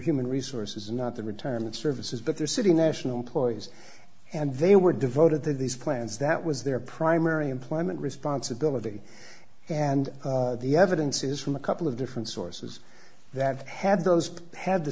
human resources not the retirement services but their city national employees and they were devoted to these plans that was their primary employment responsibility and the evidence is from a couple of different sources that had those had the